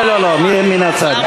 לא, לא, לא, מן הצד.